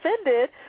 offended